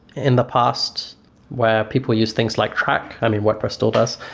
in the past where people use things like crack, i mean wordpress still does,